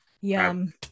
Yum